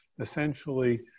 Essentially